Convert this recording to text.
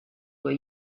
were